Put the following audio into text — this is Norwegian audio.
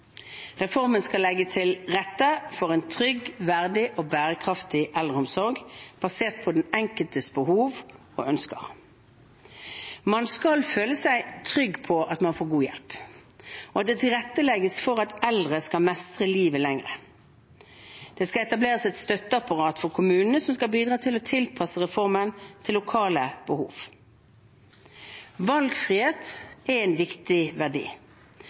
Reformen skal legge til rette for en trygg, verdig og bærekraftig eldreomsorg basert på den enkeltes behov og ønsker. Man skal føle seg trygg på at man får god hjelp, og at det tilrettelegges for at eldre skal mestre livet lengre. Det skal etableres et støtteapparat for kommunene som skal bidra til å tilpasse reformen til lokale behov. Valgfrihet er en viktig verdi.